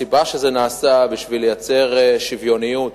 זה נעשה בשביל ליצור שוויוניות